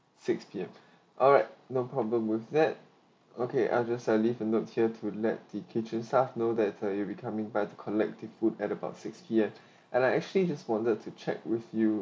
six P_M alright no problem with that okay I'll just have to leave a note here to let the kitchen staff know that you'll be coming by to collective food at about six P_M and I actually just wanted to check with you